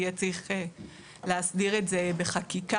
יהיה צריך להסדיר את זה בחקיקה,